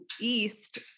east